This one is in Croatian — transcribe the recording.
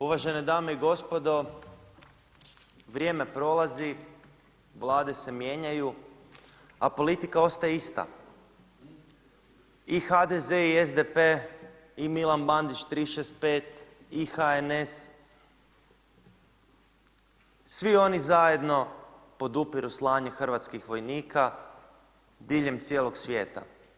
Uvažene dame i gospodo, vrijeme prolazi, vlade se mijenjaju a politika ostaje ista i HDZ i SDP i Milan Bandić 365 i HNS, svi oni zajedno podupiru slanje hrvatskih vojnika diljem cijelog svijeta.